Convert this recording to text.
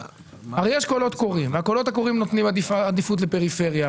הרי יש קולות קוראים שנותנים עדיפות לפריפריה.